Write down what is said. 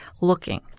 looking